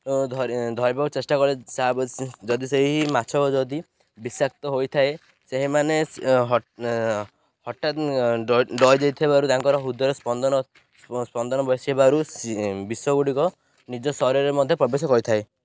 ଧରିବାକୁ ଚେଷ୍ଟା ଯଦି ସେହି ମାଛ ଯଦି ବିଷାକ୍ତ ହୋଇଥାଏ ସେହିମାନେ ହଠାତ ଡରି ଯାଇଥିବାରୁ ତାଙ୍କର ହୃଦୟର ସ୍ପନ୍ଦନ ସ୍ପନ୍ଦନ ବସିବାରୁ ବିଷ ଗୁଡ଼ିକ ନିଜ ଶରୀରରେ ମଧ୍ୟ ପ୍ରବେଶ କରିଥାଏ